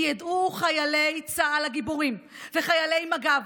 כי ידעו חיילי צה"ל הגיבורים וחיילי מג"ב,